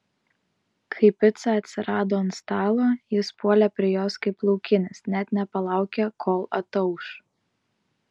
kai pica atsirado ant stalo jis puolė prie jos kaip laukinis net nepalaukė kol atauš